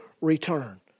return